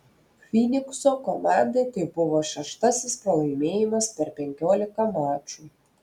fynikso komandai tai buvo šeštasis pralaimėjimas per penkiolika mačų